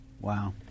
Wow